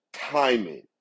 timing